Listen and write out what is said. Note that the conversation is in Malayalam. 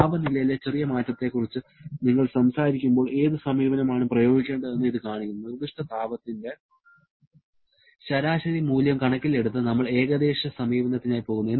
താപനിലയിലെ ചെറിയ മാറ്റത്തെക്കുറിച്ച് നിങ്ങൾ സംസാരിക്കുമ്പോൾ ഏത് സമീപനമാണ് പ്രയോഗിക്കേണ്ടതെന്ന് ഇത് കാണിക്കുന്നു നിർദ്ദിഷ്ട താപത്തിന്റെ ശരാശരി മൂല്യം കണക്കിലെടുത്ത് നമ്മൾ ഏകദേശ സമീപനത്തിനായി പോകുന്നു